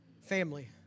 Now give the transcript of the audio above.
family